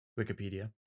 Wikipedia